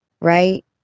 right